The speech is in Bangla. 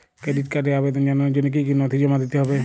ক্রেডিট কার্ডের আবেদন জানানোর জন্য কী কী নথি জমা দিতে হবে?